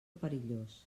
perillós